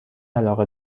علاقه